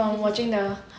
from watching the